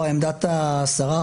או עמדת השר,